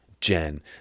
Jen